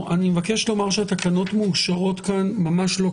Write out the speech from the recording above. פה אחד תקנות סמכויות מיוחדות להתמודדות